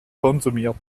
konsumiert